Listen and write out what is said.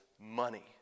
money